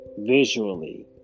visually